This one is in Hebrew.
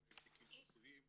אלה הם תיקים חסויים,